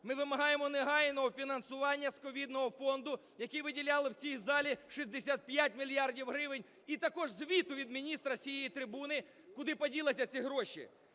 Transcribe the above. Ми вимагаємо негайного фінансування з ковідного фонду, який виділяли в цій залі, 65 мільярдів гривень і також звіту від міністра з цієї трибуни, куди поділися ці гроші.